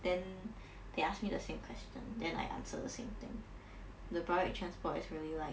then they asked me the same question then I answer the same thing the public transport is really like